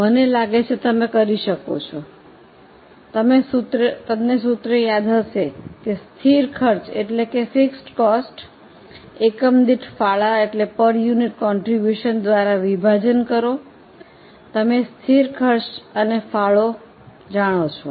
મને લાગે છે તમે કરી શકો છો તમને સૂત્ર યાદ હશે સ્થિર ખર્ચને એકમ દીઠ ફાળા દ્વારા વિભાજન કરો તમે સ્થિર ખર્ચ અને ફાળો જાણો છો